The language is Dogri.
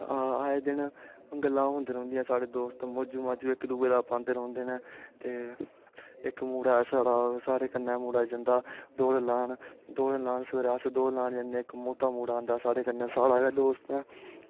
आए दिन गल्लां होंदियां रौंह्दियां साढ़े नौजू माजू इकदुऐ दा पांदें रौंह्दे नै ते इक मुड़ा साढ़े कन्नै जंदा दौड़ लान सवेरै अस दौड़ लान जन्ने इक मोटा मुड़ा आंदा साढ़े कन्नै साढ़ा गै दोस्त ऐ